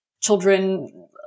children